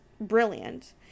brilliant